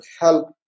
help